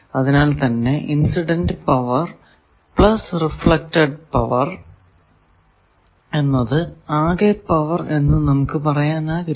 അതിനാൽ തന്നെ incident power reflected power എന്നത് ആകെ പവർ ആണെന്ന് നമുക്ക് പറയാനാകില്ല